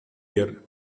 year